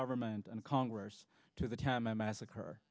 government and congress to the time i massacre